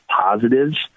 positives